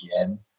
again